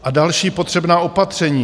A další potřebná opatření.